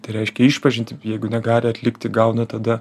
tai reiškia išpažintį jeigu negali atlikti gauna tada